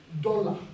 dollar